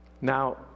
Now